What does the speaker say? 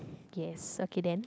yes okay then